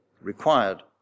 required